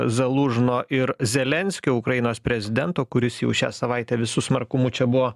zalūžno ir zelenskio ukrainos prezidento kuris jau šią savaitę visu smarkumu čia buvo